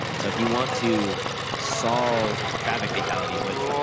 so if you want to solve traffic fatalities, which,